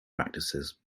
practices